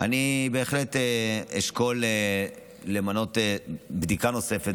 אני בהחלט אשקול למנות בדיקה נוספת